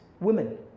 women